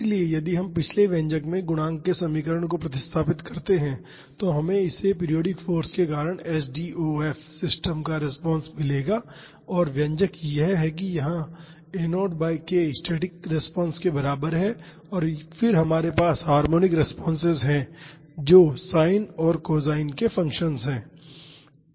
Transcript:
इसलिए यदि हम पिछले व्यंजक में गुणांक के समीकरणों को प्रतिस्थापित करते हैं तो हमें पीरियाडिक फाॅर्स के कारण एसडीओएफ सिस्टम का रिस्पांस मिलेगा और व्यंजक यह है कि यहां a0 by k static response के बराबर है और फिर हमारे पास हार्मोनिक रेस्पॉन्सेस है जो साइन और कोसाइन के फंक्शन्स हैं